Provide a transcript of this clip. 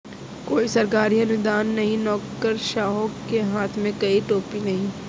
कोई सरकारी अनुदान नहीं, नौकरशाहों के हाथ में कोई टोपी नहीं